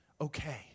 okay